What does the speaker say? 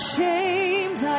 Ashamed